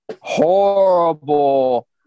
horrible